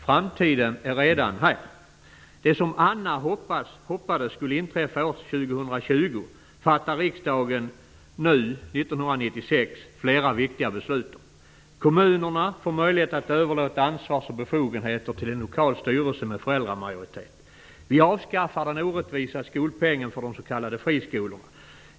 Framtiden är redan här. Det som Anna hoppades skulle inträffa år 2020 fattar riksdagen nu 1996 flera viktiga beslut om. Kommunerna får möjlighet att överlåta ansvar och befogenheter till en lokal styrelse med föräldramajoritet, och vi avskaffar den orättvisa skolpengen för de s.k. friskolorna.